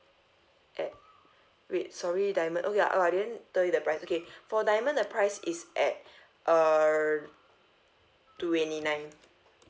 at wait sorry diamond oh ya I didn't tell you the price okay for diamond the price is at err twenty nine